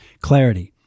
clarity